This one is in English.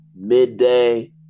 midday